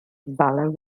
valour